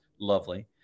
lovely